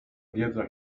wiedza